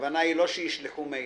הכוונה היא לא שישלחו מיילים.